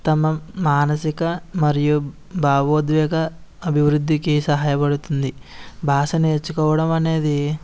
తమ మానసిక మరియు భావోద్వేగ అభివృద్ధికి సహాయపడుతుంది భాష నేర్చుకోవడం అనేది